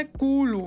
cool